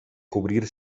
cobrir